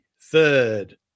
third